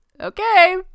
okay